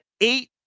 eight